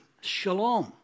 shalom